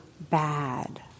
bad